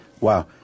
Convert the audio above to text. Wow